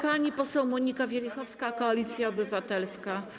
Pani poseł Monika Wielichowska, Koalicja Obywatelska.